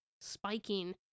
spiking